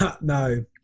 No